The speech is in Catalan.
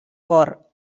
cor